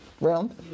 round